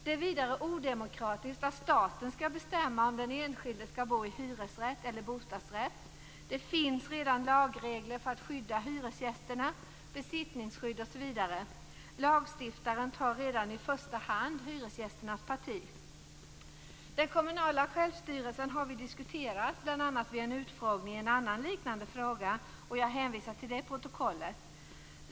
Det är vidare odemokratiskt att staten skall bestämma om den enskilde skall bo i hyresrätt eller i bostadsrätt. Det finns redan lagregler för att skydda hyresgästerna, besittningsskydd osv. Lagstiftaren tar redan i första hand hyresgästernas parti. Den kommunala självstyrelsen har vi diskuterat bl.a. vid en utfrågning i en annan liknande fråga. Jag hänvisar till det protokollet.